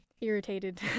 irritated